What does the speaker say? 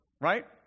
right